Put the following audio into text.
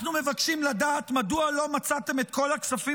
אנחנו מבקשים לדעת מדוע לא מצאתם את כל הכספים